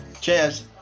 Cheers